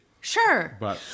Sure